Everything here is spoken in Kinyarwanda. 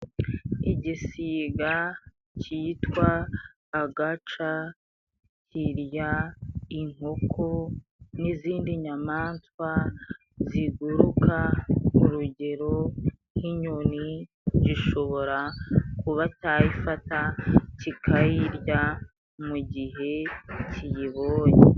Igisiga citwa agaca kirya inkoko n'izindi nyamaswa ziguruka. Urugero nk'inyoni gishobora kuba cayifata kikayirya mu gihe kiyibonye.